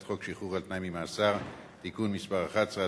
חוק שחרור על-תנאי ממאסר (תיקון מס' 11),